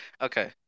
okay